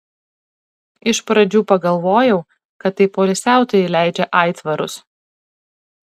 iš pradžių pagalvojau kad tai poilsiautojai leidžia aitvarus